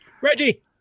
Reggie